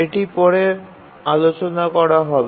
এটি পরে আলোচনা করা হবে